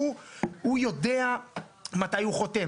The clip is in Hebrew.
הוא יודע מתי הוא חותם.